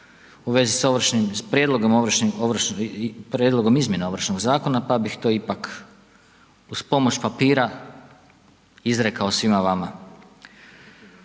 u vezi s prijedlogom izmjena Ovršnog zakona, pa bih to ipak uz pomoć papira izrekao svima vama.